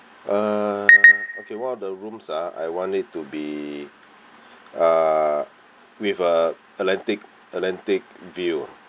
uh okay one of the rooms ah I want it to be uh with a atlantic atlantic view